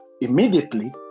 immediately